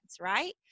right